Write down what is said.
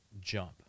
jump